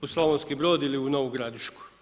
u Slavonski Brod ili u Novu Gradišku.